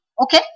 okay